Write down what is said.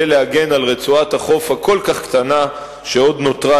להגן על רצועת החוף הכל-כך קטנה שעוד נותרה,